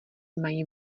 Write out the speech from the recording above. mají